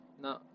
No